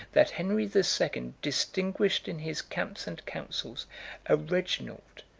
that henry the second distinguished in his camps and councils a reginald,